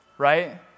right